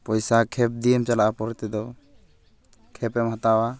ᱯᱚᱭᱥᱟ ᱠᱷᱮᱯ ᱫᱤᱭᱮᱢ ᱪᱟᱞᱟᱜᱼᱟ ᱯᱚᱨᱮᱛᱮ ᱫᱚ ᱠᱷᱮᱯᱮᱢ ᱦᱟᱛᱟᱣᱟ